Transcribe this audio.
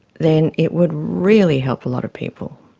then it would really help a lot of people.